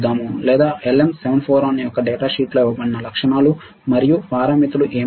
లేదా LM741 యొక్క data షీట్లో ఇవ్వబడిన లక్షణాలు మరియు పారామితులు ఏమిటి